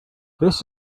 this